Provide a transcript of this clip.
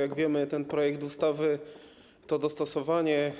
Jak wiemy, ten projekt ustawy to dostosowanie